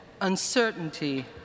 uncertainty